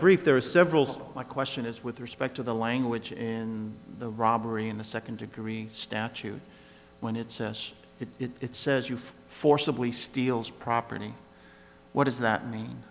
brief there are several so my question is with respect to the language in the robbery in the second degree statute when it's us it says you've forcibly steals property what does that mean